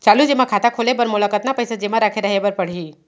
चालू जेमा खाता खोले बर मोला कतना पइसा जेमा रखे रहे बर पड़ही?